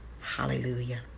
Hallelujah